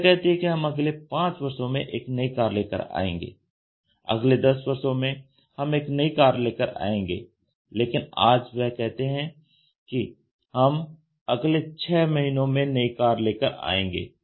वह कहते हैं हम अगले 5 वर्षों में एक नई कार लेकर आएंगे अगले 10 वर्षों में हम एक नई कार लेकर आएंगे लेकिन आज वह कहते हैं कि हम अगले 6 महीनों में नई कार लेकर आएंगे